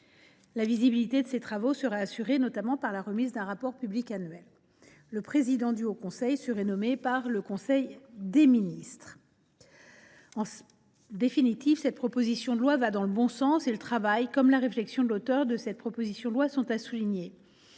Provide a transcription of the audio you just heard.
La visibilité de ses travaux serait assurée notamment par la remise d’un rapport public annuel. Enfin, le président du haut conseil serait nommé en Conseil des ministres. En définitive, cette proposition de loi va dans le bon sens et le travail ainsi que la réflexion de l’auteur de cette proposition de loi sont à souligner.